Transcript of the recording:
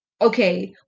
okay